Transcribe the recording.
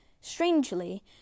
Strangely